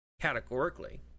categorically